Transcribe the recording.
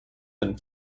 and